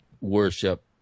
worship